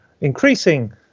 increasing